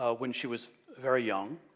ah when she was very young